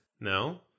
No